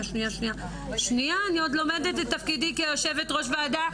אני עוד לומדת את תפקידי כיושבת-ראש ועדה.